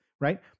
right